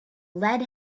lead